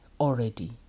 already